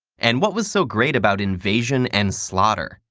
and what was so great about invasion and slaughter?